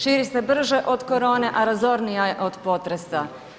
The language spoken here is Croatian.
Širi se brže od korone, a razornija je od potresa.